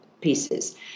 pieces